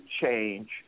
change